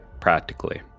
practically